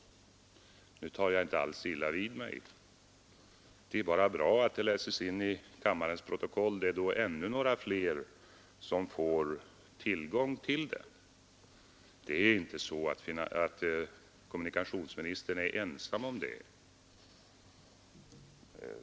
Nu tar jag inte alls illa vid mig; det är bara bra att det läses in i kammarens protokoll, det är då ännu några fler som får tillgång till det. Det är inte så att kommunikationsministern är ensam om det.